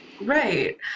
Right